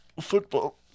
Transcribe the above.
football